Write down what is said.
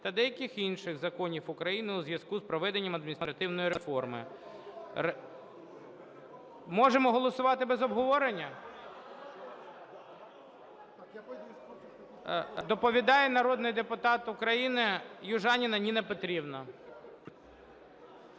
та деяких інших законів України у зв'язку з проведенням адміністративної реформи". Можемо голосувати без обговорення? Доповідає народний депутат України Южаніна Ніна Петрівна.